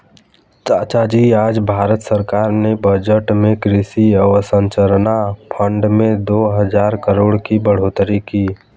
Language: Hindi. चाचाजी आज भारत सरकार ने बजट में कृषि अवसंरचना फंड में दो हजार करोड़ की बढ़ोतरी की है